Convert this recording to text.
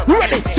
ready